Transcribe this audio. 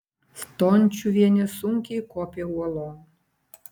stončiuvienė sunkiai kopė uolon